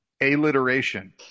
alliteration